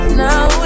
now